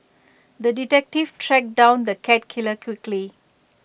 the detective tracked down the cat killer quickly